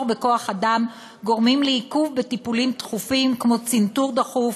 בכוח-אדם גורמים לעיכוב בטיפולים דחופים כמו צנתור דחוף,